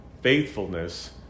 faithfulness